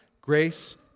grace